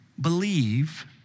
believe